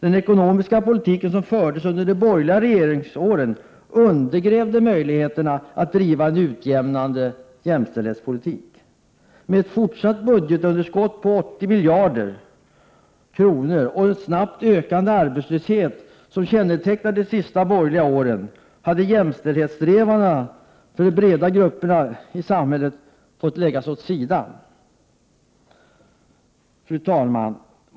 Den ekonomiska politik som fördes under de borgerliga regeringsåren undergrävde möjligheterna att föra en utjämnande jämställdhetspolitik. Med ett fortsatt budgetunderskott på 80 miljarder kronor och en snabbt ökande arbetslöshet, som kännetecknade de sista borgerliga regeringsåren, fick jämställdhetssträvandena för de breda grupperna i samhället läggas åt sidan. Fru talman!